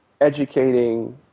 educating